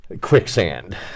quicksand